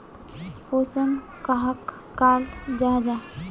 पोषण कहाक कहाल जाहा जाहा?